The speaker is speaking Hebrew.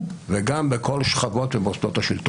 וגם בכל שכבות ומוסדות השלטון.